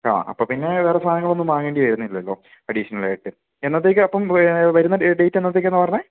ആ അപ്പം പിന്നെ വേറെ സാധനങ്ങളൊന്നും വാങ്ങേണ്ടി വരുന്നില്ലല്ലോ അഡിഷനലായിട്ട് എന്നത്തേക്കാ അപ്പം വരുന്ന ഡേറ്റ് എന്നത്തേക്കാന്നാ പറഞ്ഞേ